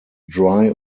dry